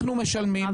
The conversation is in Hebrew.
99%?